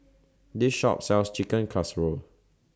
This Shop sells Chicken Casserole